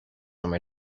time